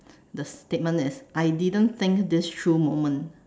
the statement that's I didn't think this true moment